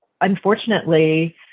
unfortunately